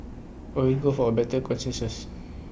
always go for A better consensus